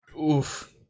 Oof